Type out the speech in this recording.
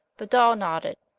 the doll nodded.